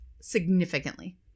significantly